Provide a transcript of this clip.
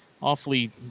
awfully